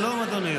שלום, אדוני.